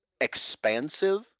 expansive